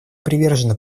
привержена